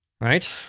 right